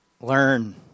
Learn